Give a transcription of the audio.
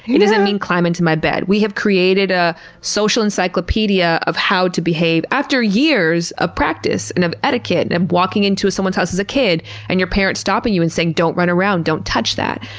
it doesn't mean climb into my bed. we have created a social encyclopedia of how to behave, after years of practice and of etiquette, and of walking into someone's house as a kid and your parents stopping you and saying, don't run around, don't touch that.